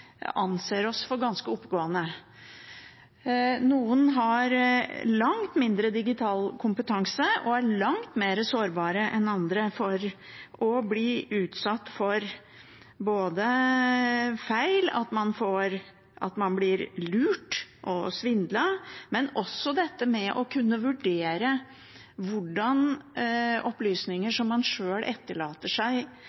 anser oss for å være ganske oppegående. Noen har langt mindre digital kompetanse og er langt mer sårbare enn andre for å bli utsatt for feil, bli lurt og svindlet, men også når det gjelder å kunne vurdere hvordan opplysninger